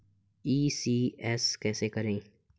ECS कैसे करें?